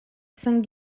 cinq